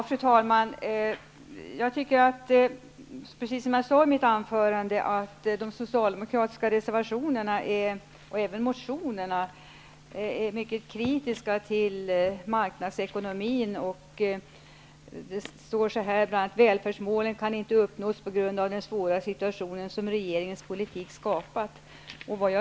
Fru talman! Precis som jag sade i mitt anförande, tycker jag att de socialdemokratiska reservationerna, och även motionerna, är mycket kritiska till marknadsekonomin. Bl.a. står det att välfärdsmålen inte kan uppnås på grund av den svåra situation som regeringens politik skapat.